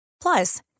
Plus